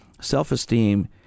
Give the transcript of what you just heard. Self-esteem